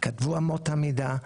כתבו אמות המידה,